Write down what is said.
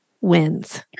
wins